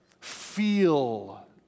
feel